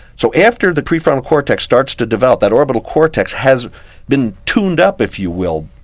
so after the pre-frontal cortex starts to develop, that orbital cortex has been tuned up, if you will,